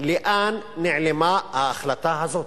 לאן נעלמה ההחלטה הזאת?